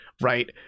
right